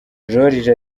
joriji